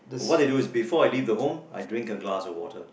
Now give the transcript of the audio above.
what I do is before I leave the home I drink a glass of water